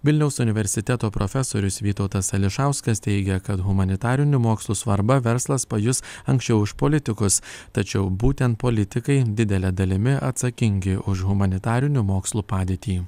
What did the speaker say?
vilniaus universiteto profesorius vytautas ališauskas teigia kad humanitarinių mokslų svarbą verslas pajus anksčiau už politikus tačiau būtent politikai didele dalimi atsakingi už humanitarinių mokslų padėtį